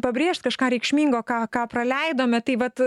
pabrėžt kažką reikšmingo ką ką praleidome tai vat